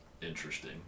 interesting